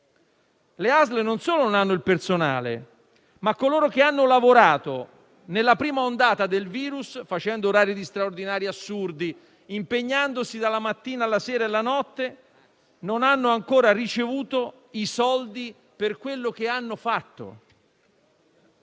(ASL) non solo non hanno il personale, ma coloro che hanno lavorato nella prima ondata del virus*,* facendo orari straordinari assurdi, impegnandosi dalla mattina alla sera e alla notte, non hanno ancora ricevuto i soldi per quello che hanno fatto